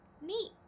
neat